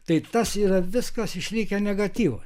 tai tas yra viskas išlikę negatyvuos